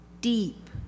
deep